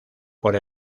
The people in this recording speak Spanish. por